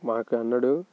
మాతో అన్నాడు